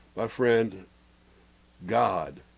my friend god